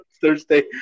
Thursday